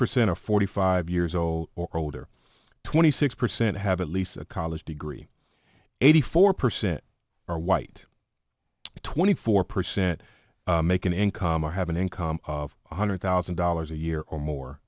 percent or forty five years old or older twenty six percent have at least a college degree eighty four percent are white twenty four percent make an income or have an income of one hundred thousand dollars a year or